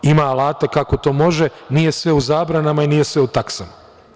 Ima alata kako to može, nije sve u zabranama i nije sve u taksama.